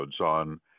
on